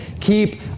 keep